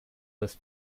los